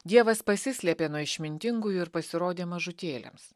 dievas pasislėpė nuo išmintingųjų ir pasirodė mažutėliams